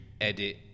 edit